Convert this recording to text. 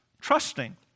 trusting